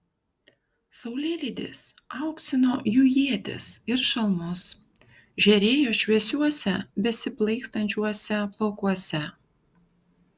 saulėlydis auksino jų ietis ir šalmus žėrėjo šviesiuose besiplaikstančiuose plaukuose